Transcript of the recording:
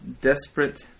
desperate